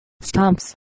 stumps